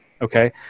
Okay